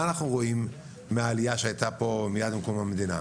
מה אנחנו רואים מן העלייה שהייתה פה מיד עם קום המדינה?